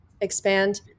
expand